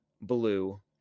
Blue